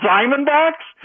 Diamondbacks